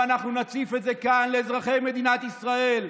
ואנחנו נציף את זה כאן לאזרחי מדינת ישראל.